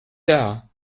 tard